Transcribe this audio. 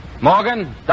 Morgan